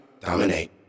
dominate